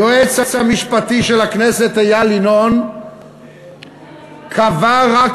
היועץ המשפטי של הכנסת איל ינון קבע רק